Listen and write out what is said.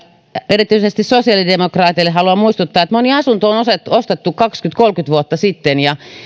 erityisesti sosiaalidemokraatteja haluan muistuttaa että moni asunto on ostettu ostettu kaksikymmentä viiva kolmekymmentä vuotta sitten ja